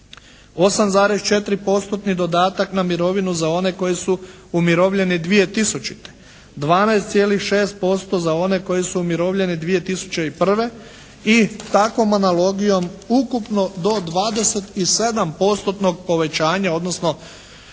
8,4%-tni dodatak na mirovinu za one koji su umirovljeni 2000. 12,6% za one koji su umirovljeni 2001. i takvom analogijom ukupno do 27%-tnog povećanja, odnosno